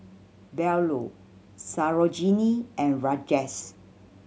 Bellur Sarojini and Rajesh